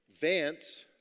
Vance